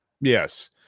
Yes